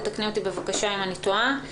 תתקני אותי בבקשה אם אני טועה,